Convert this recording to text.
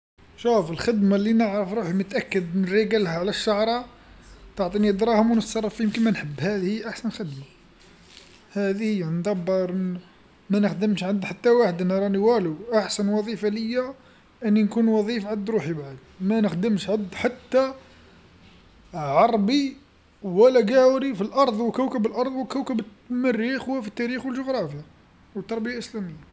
شوف الخدمه اللي نعرف روحي متأكد نريقلها على الشعره، تعطيني دراهم ونتصرف فيهم كيما نحب، هادي أحسن خدمه، هادي هي ندبر ما نخدمش عند حتى واحد أنا راني والو أحسن وظيفه ليا أني نكون وظيف عد روحي بعد، ما نخدمش عند حتى عربي ولا قاوري في الأرض وكوكب الأرض وكوكب الم- المريخ وفي التاريخ والجغرافيا والتربيه الإسلاميه.